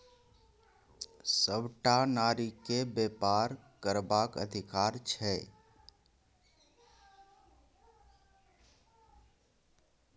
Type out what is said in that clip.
सभटा नारीकेँ बेपार करबाक अधिकार छै